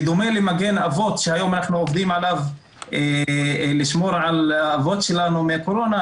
בדומה למגן אבות שהיום אנחנו עובדים עליו לשמור על האבות שלנו מהקורונה,